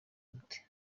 umuti